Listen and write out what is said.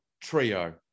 trio